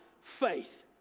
Faith